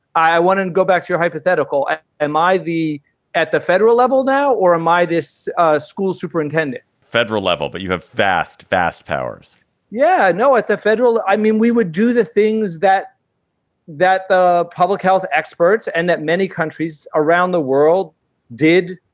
i want to go back to your hypothetical. am i the at the federal level now or am i this school superintendent federal level but you have vast, vast powers yeah. no. at the federal. i mean, we would do the things that that the public health experts and that many countries around the world did,